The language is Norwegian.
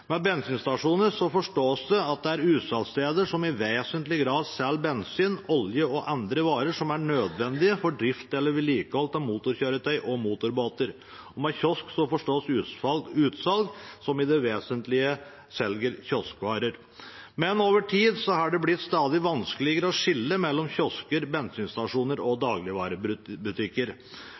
forstås det at det er utsalgssteder som i vesentlig grad selger bensin, olje og andre varer som er nødvendige for drift eller vedlikehold av motorkjøretøy og motorbåter. Med «kiosk» forstås utsalg som i det vesentlige selger kioskvarer. Men over tid har det blitt stadig vanskeligere å skille mellom kiosker, bensinstasjoner og dagligvarebutikker.